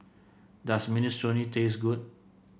does Minestrone taste good